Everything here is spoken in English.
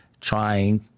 trying